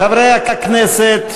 חברי הכנסת,